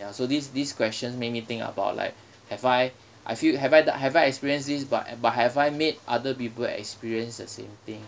ya so this this question make me think about like have I I feel have I have I experienced this but but have I made other people experience the same thing